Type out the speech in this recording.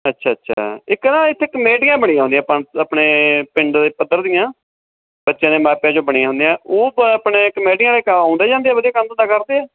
ਅੱਛਾ ਅੱਛਾ ਇੱਕ ਨਾ ਇੱਥੇ ਕਮੇਟੀਆਂ ਬਣੀਆਂ ਹੁੰਦੀਆਂ ਆਪਾਂ ਆਪਣੇ ਪਿੰਡ ਪੱਧਰ ਦੀਆਂ ਬੱਚਿਆਂ ਦੇ ਮਾਪਿਆਂ 'ਚੋਂ ਬਣੀਆਂ ਹੁੰਦੀਆਂ ਉਹ ਪ ਆਪਣੇ ਕਮੇਟੀਆਂ ਦੇ ਕ ਆਉਂਦੇ ਜਾਂਦੇ ਵਧੀਆ ਕੰਮ ਧੰਦਾ ਕਰਦੇ ਹੈ